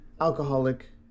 alcoholic